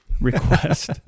request